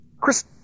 Chris